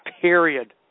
period